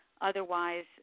Otherwise